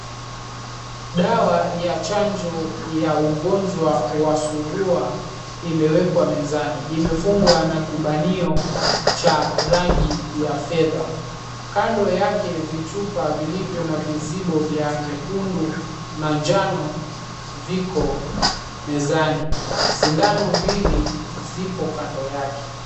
Dawa ya chanjo ya ugonjwa wa surua imewekwa mezani. Imefungwa na kibanio cha rangi ya fedha. Kando yake vichupa vilivyo na vizibo vya nyekundu na njano viko mezani. Sindano mbili zipo kando yake.